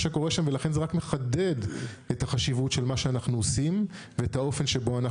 ולכן זה רק מחדד את החשיבות של מה שאנחנו עושים ואת האופן שבו אנחנו